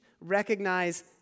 recognize